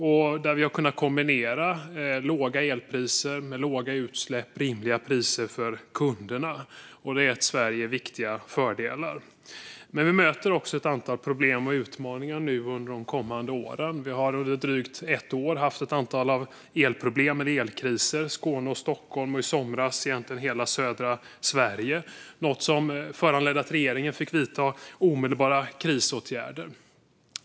Rimliga elpriser för kunderna kombinerat med låga utsläpp har gett Sverige viktiga fördelar. Under de kommande åren ställs vi dock inför ett antal problem och utmaningar. Vi har i drygt ett år haft ett antal elproblem och elkriser i Skåne och i Stockholm - och i somras i egentligen hela södra Sverige, något som föranledde att regeringen fick vidta omedelbara krisåtgärder.